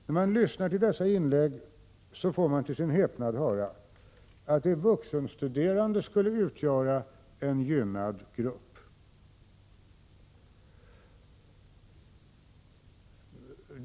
När man lyssnar på dessa inlägg får man till sin häpnad höra att de vuxenstuderande skulle utgöra en gynnad grupp.